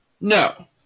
No